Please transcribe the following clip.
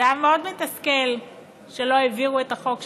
זה היה מאוד מתסכל כשלא העבירו את החוק שלך.